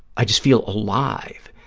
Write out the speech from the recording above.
i just feel alive.